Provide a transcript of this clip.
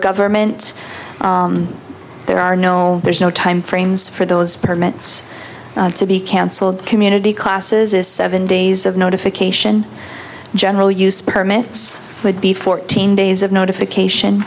government there are no there's no time frames for those permits to be canceled community classes is seven days of notification general use permits would be fourteen days of notification